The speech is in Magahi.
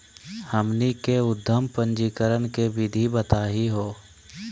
हमनी के उद्यम पंजीकरण के विधि बताही हो?